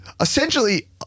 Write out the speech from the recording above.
essentially